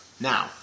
Now